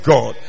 God